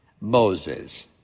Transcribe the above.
Moses